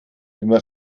immer